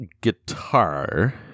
guitar